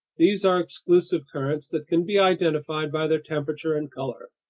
these are exclusive currents that can be identified by their temperature and color,